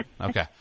Okay